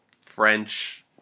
French